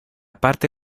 parte